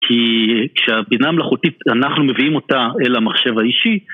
כי כשהבינה המלאכותית אנחנו מביאים אותה אל המחשב האישי